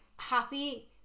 happy